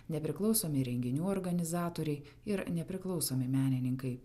nepriklausomi renginių organizatoriai ir nepriklausomi menininkai